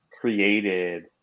created